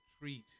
treat